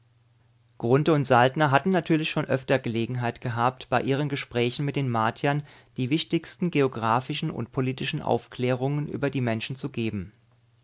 grunthe und saltner hatten natürlich schon öfter gelegenheit gehabt bei ihren gesprächen mit den martiern die wichtigsten geographischen und politischen aufklärungen über die menschen zu geben